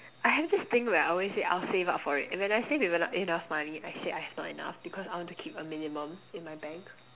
I have this thing where I always say I'll save up for it and when I save enough enough money I say I've not enough because I want to keep a minimum in my bank